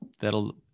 that'll